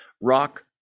rock